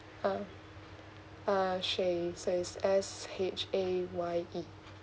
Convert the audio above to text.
um uh shaye so it's S H A Y E